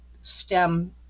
STEM